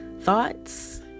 thoughts